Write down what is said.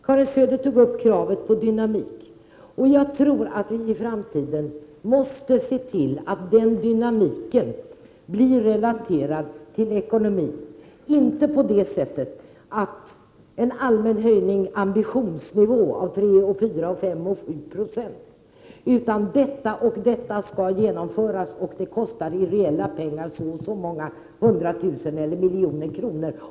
Karin Söder tog upp kravet på dynamik. Jag tror att vi i framtiden måste se till att den dynamiken blir relaterad till ekonomin, inte genom en allmän höjning av ambitionsnivån med ett visst antal procent, utan genom att man beslutar att vissa saker skall genomföras och att det kostar i reella pengar ett bestämt antal hundra tusen kronor eller miljoner kronor.